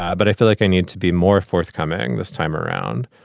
but i feel like i need to be more forthcoming this time around.